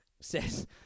says